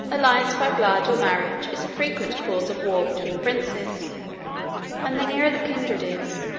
alliance by blood, or marriage, is a frequent cause of war between princes and the nearer the kindred is,